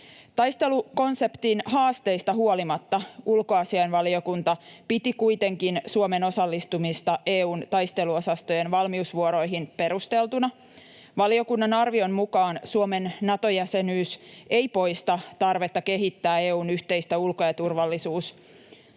Taistelukonseptin haasteista huolimatta ulkoasiainvaliokunta piti kuitenkin Suomen osallistumista EU:n taisteluosastojen valmiusvuoroihin perusteltuna. Valiokunnan arvion mukaan Suomen Nato-jäsenyys ei poista tarvetta kehittää EU:n yhteistä turvallisuus- ja